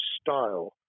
style